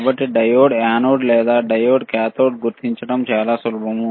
కాబట్టి diode anode లేదా diode cathode గుర్తించడం చాలా సులభం